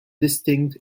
distinct